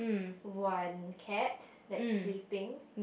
one cat that's sleeping